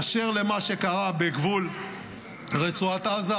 אשר למה שקרה בגבול רצועת עזה,